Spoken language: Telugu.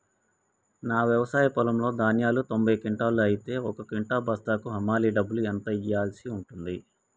నా వ్యవసాయ పొలంలో ధాన్యాలు తొంభై క్వింటాలు అయితే ఒక క్వింటా బస్తాకు హమాలీ డబ్బులు ఎంత ఇయ్యాల్సి ఉంటది?